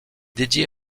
dédiée